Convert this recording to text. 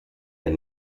del